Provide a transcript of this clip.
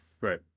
Right